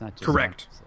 Correct